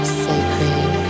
sacred